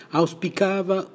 auspicava